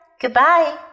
goodbye